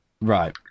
Right